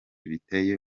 biteye